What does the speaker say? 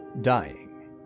Dying